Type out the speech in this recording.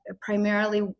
primarily